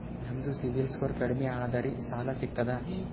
ನಮ್ದು ಸಿಬಿಲ್ ಸ್ಕೋರ್ ಕಡಿಮಿ ಅದರಿ ಸಾಲಾ ಸಿಗ್ತದ?